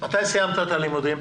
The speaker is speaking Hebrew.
מתי סיימת את הלימודים?